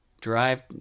drive